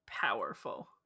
powerful